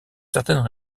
certaines